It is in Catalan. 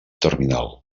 terminal